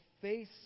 face